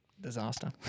disaster